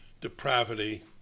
depravity